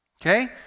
Okay